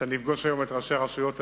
שאני אפגוש היום את ראשי הרשויות הדרוזים,